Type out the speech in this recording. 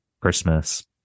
Christmas